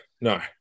No